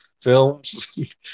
films